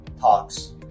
Talks